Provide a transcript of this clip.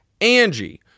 Angie